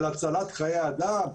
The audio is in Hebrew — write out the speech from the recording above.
על הצלת חיי אדם,